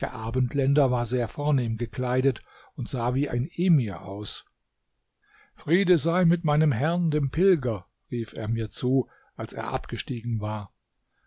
der abendländer war sehr vornehm gekleidet und sah wie ein emir aus friede sei mit meinem herrn dem pilger ein beiname der vielen muselmännern gegeben wird auch wenn sie nie in mekka waren rief er mit zu als er abgestiegen war